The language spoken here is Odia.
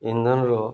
ଇନ୍ଧନର